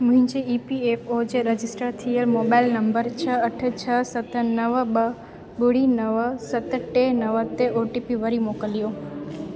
मुंहिंजे E P F O जे register थियल मोबाइल नंबर छह अठ छह सत नव ॿ ॿुड़ी नव सत टे नव ते ओ टी पी वरी मोकिलियो